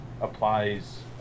applies